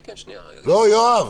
יואב,